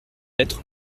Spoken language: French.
être